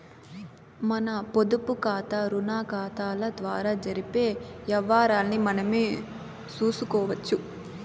మన పొదుపుకాతా, రుణాకతాల ద్వారా జరిపే యవ్వారాల్ని మనమే సూసుకోవచ్చు